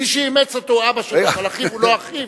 מי שאימץ אותו הוא אבא שלו אבל אחיו הוא לא אחיו,